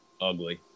ugly